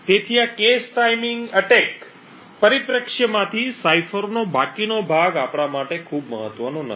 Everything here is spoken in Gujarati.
તેથી આ cache ટાઇમિંગ એટેક પરિપ્રેક્ષ્યમાંથી સાઇફરનો બાકીનો ભાગ આપણા માટે ખૂબ મહત્વનો નથી